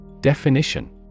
Definition